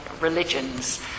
religions